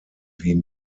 wie